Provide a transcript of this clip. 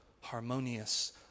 harmonious